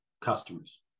customers